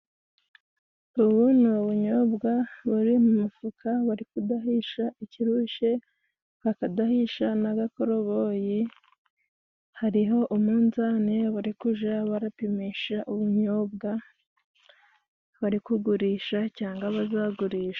Ubu ni ubunyobwa buri mu mufuka bari kudahisha ikirushe bakadahisha n'agakoroboyi , hariho umunzani barikuja barapimisha ubunyobwa barikugurisha cyangwa bazagurisha.